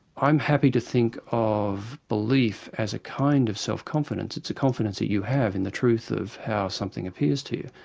i'm happy to think of belief as a kind of self-confidence it's a confidence that you have in the truth of how something appears to you.